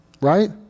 right